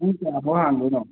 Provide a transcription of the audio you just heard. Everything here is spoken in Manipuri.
ꯄꯨꯡ ꯀꯌꯥꯐꯥꯎ ꯍꯥꯡꯗꯣꯏꯅꯣ